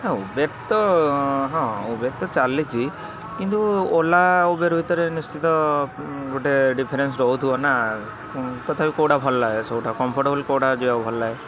ହଁ ଉବେର୍ ତ ହଁ ଉବେର୍ ତ ଚାଲିଛି କିନ୍ତୁ ଓଲା ଉବେର୍ ଭିତରେ ନିଶ୍ଚିନ୍ତ ଗୋଟେ ଡିଫରେନ୍ସ୍ ରହୁଥିବ ନା ତଥାପି କୋଉଟା ଭଲ ଲାଗେ ସବୁଠୁଁ କମ୍ଫଟେବୁଲ୍ କୋଉଟା ଯିବାକୁ ଭଲ ଲାଗେ